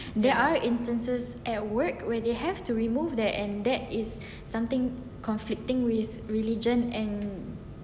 there are instances at work where they have to remove that and that is something conflicting with religion and